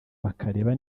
bakareba